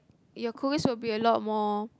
your cookies will be a lot more